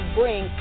bring